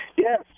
Yes